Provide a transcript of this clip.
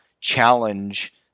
challenge